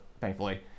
Thankfully